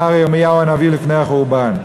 אמר ירמיהו הנביא לפני החורבן.